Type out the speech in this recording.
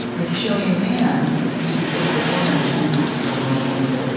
if you show me a man who can sit with a woman in deep struggle and vulnerability